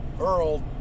Earl